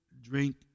drink